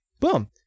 Boom